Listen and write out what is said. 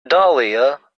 dahlia